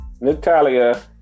Natalia